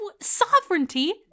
sovereignty